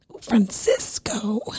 Francisco